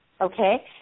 okay